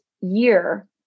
year